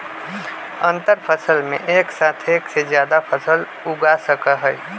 अंतरफसल में एक साथ एक से जादा फसल उगा सका हई